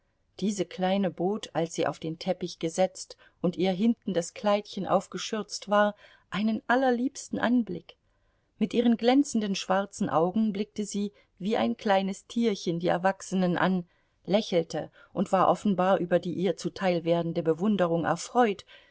diese kleine bot als sie auf den teppich gesetzt und ihr hinten das kleidchen aufgeschürzt war einen allerliebsten anblick mit ihren glänzenden schwarzen augen blickte sie wie ein kleines tierchen die erwachsenen an lächelte und war offenbar über die ihr zuteil werdende bewunderung erfreut